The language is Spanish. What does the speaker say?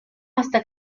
hasta